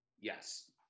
Yes